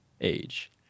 age